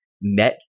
met